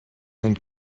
and